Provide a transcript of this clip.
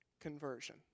conversion